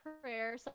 prayer